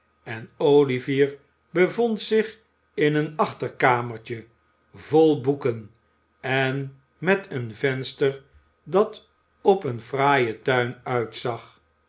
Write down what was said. en olivier bevond zich in een achterkamertje vol boeken en met een venster dat op een fraaien tuin uitzag